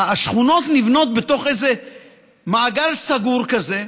השכונות נבנות בתוך איזה מעגל סגור כזה,